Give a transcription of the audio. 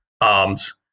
arms